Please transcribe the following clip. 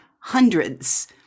hundreds